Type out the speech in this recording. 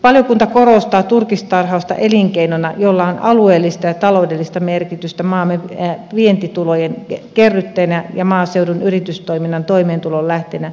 valiokunta korostaa turkistarhausta elinkeinona jolla on alueellista ja taloudellista merkitystä maamme vientitulojen kerryttäjänä ja maaseudun yritystoiminnan toimeentulon lähteenä